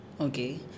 Okay